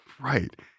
Right